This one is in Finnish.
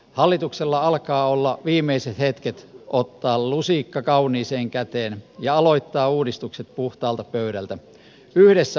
hallituksella alkaa olla viimeiset hetket ottaa lusikka kauniiseen käteen ja aloittaa uudistukset puhtaalta pöydältä yhdessä opposition kanssa